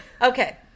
Okay